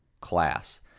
class